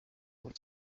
buri